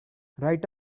write